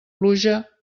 pluja